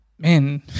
man